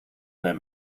their